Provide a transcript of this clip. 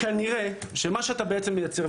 כנראה שמה שאתה בעצם מייצר,